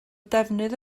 defnydd